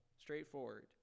straightforward